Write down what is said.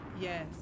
Yes